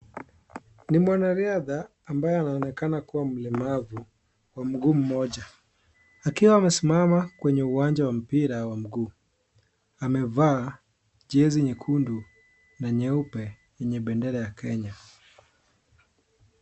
Ni mwanariadha ambaye anaonekana kuwa mlemavu kwa mguu mmoja, akiwa amesimama kwenye uwanja wa mpira wa mguu, amevaa jersey nyekundu na nyeupe yenye bendera ya Kenya.